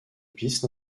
piste